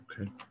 Okay